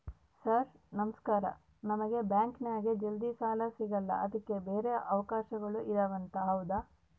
Sir ನಮಸ್ಕಾರ ನಮಗೆ ಬ್ಯಾಂಕಿನ್ಯಾಗ ಜಲ್ದಿ ಸಾಲ ಸಿಗಲ್ಲ ಅದಕ್ಕ ಬ್ಯಾರೆ ಅವಕಾಶಗಳು ಇದವಂತ ಹೌದಾ?